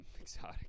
exotic